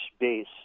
base